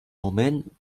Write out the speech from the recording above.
moment